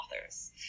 authors